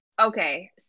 Okay